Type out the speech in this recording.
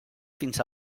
fins